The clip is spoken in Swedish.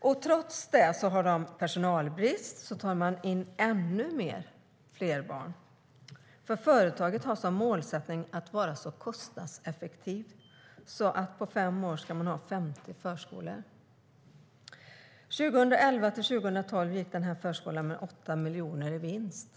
Och trots att det är personalbrist tar man in ännu fler barn, för företaget har som målsättning att vara så kostnadseffektivt att man på fem år ska ha 50 förskolor. Åren 2011-2012 gick den här förskolan med 8 miljoner i vinst.